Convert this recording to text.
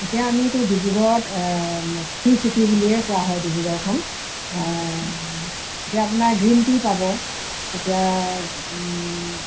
এতিয়া আমিতো ডিব্ৰুগড়ত টী চিটি বুলিয়েই কোৱা হয় ডিব্ৰুগড়খন এতিয়া আপোনাৰ গ্ৰীণ টি পাব এতিয়া